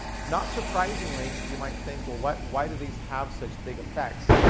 not surprisingly, you might think, well, why why do these have such big effects?